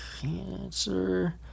cancer